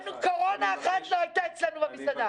המארחת תשלח אותך למנקה,